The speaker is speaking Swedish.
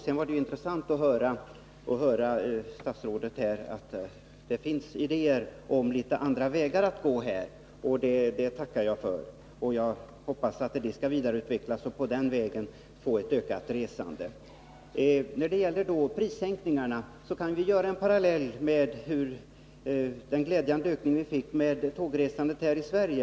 Det var dock intressant att av statsrådet höra att det finns andra idéer och uppslag. Jag hoppas att dessa idéer skall vidareutvecklas och konkretiseras, så att vi kan få ett ökat ungdomsresande. När det gäller prissänkningarna kan vi dra en parallell med den glädjande ökningen av tågresandet här i Sverige.